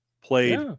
played